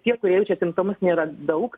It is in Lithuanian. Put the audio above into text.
tie kurie jaučia simptomus nėra daug